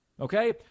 Okay